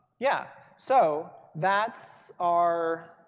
yeah. so that's our